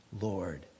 Lord